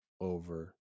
over